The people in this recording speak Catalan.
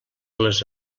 les